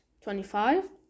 Twenty-five